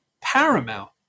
paramount